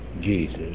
Jesus